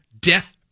death